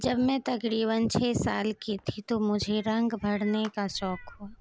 جب میں تقریباً چھ سال کی تھی تو مجھے رنگ بھرنے کا شوق ہو